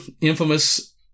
infamous